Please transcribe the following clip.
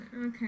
Okay